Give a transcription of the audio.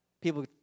People